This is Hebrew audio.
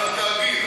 על התאגיד,